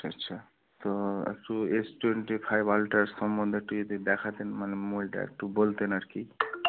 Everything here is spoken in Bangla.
আচ্ছা আচ্ছা তো একটু এস টোয়েন্টি ফাইভ আলট্রা সম্বন্ধে একটু যদি দেখাতেন মানে মডেলটা একটু বলতেন আর কি